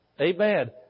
Amen